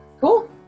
Cool